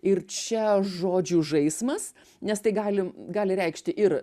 ir čia žodžių žaismas nes tai gali gali reikšti ir